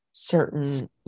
certain